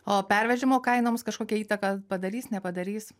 o pervežimo kainoms kažkokią įtaką padarys nepadarys